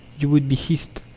you would be hissed.